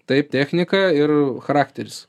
taip technika ir charakteris